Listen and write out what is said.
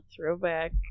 throwback